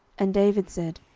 and david said,